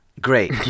Great